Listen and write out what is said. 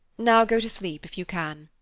now go to sleep, if you can.